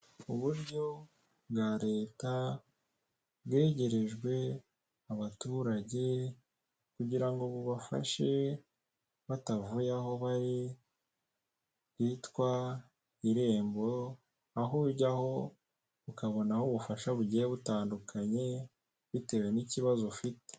Uburyo bwa leta bwegerejwe abaturage kugira ngo bubafashe batavuye aho bari, hitwa irembo, aho ujyaho ukabonaho ubufasha bugiye butandukanye, bitewe n'ikibazo ufite,